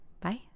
bye